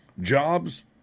Jobs